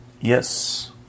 Yes